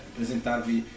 presentarvi